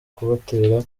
kubatera